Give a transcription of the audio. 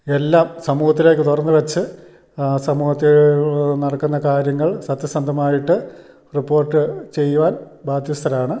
എല്ലാം സമൂഹത്തിലേക്ക് തുറന്ന് വെച്ച് സമൂഹത്തിൽ നടക്കുന്ന കാര്യങ്ങൾ സത്യസന്ധമായിട്ട് റിപ്പോർട്ട് ചെയ്യുവാൻ ബാധ്യസ്ഥരാണ്